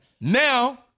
Now